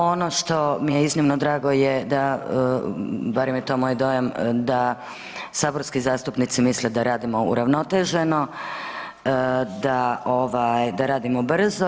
Ono što mi je iznimno drago je da barem je to moj dojam da saborski zastupnici misle da radimo uravnoteženo, da radimo brzo.